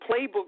playbook